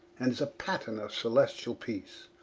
and is a patterne of celestiall peace.